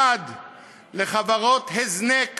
1. לחברות הזנק